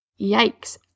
Yikes